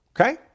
Okay